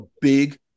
big